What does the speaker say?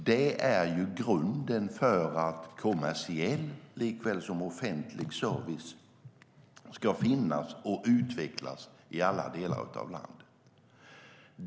Det är grunden för att kommersiell likväl som offentlig service ska finnas och utvecklas i alla delar av landet.